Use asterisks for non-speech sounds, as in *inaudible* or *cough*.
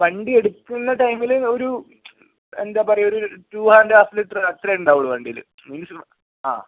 വണ്ടിയെടുക്കുന്ന ടൈമില് ഒരു എന്താ പറയാ ഒരു ടു ആൻഡ് ഹാഫ് ലിറ്ററെ അത്രേ ഉണ്ടാവുള്ളു വണ്ടിയിൽ *unintelligible*